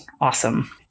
awesome